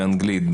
באנגלית,